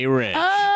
rich